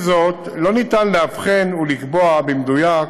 עם זאת, אין אפשרות לאבחן ולקבוע במדויק